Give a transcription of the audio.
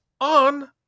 on